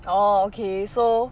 orh okay so